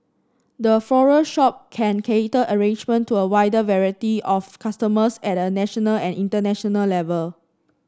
the floral shop can cater arrangements to a wider variety of customers at a national and international level